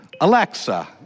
Alexa